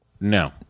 no